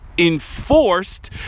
enforced